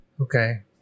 Okay